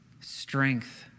strength